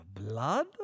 blood